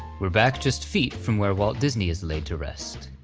we're back just feet from where walt disney is laid to rest.